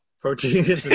protein